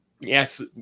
Yes